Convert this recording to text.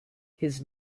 his